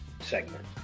segment